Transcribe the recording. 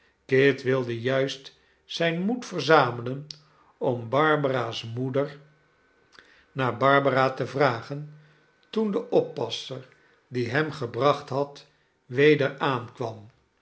kit wilde juist zijn moed verzamelen om barbara's moeder naar barbara te vragen toen de oppasser die hem gebracht had weder aankwam